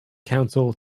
council